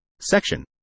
Section